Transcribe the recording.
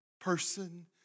person